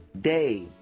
day